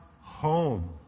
home